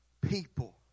people